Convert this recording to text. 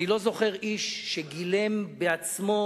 אני לא זוכר איש שגילם בעצמו,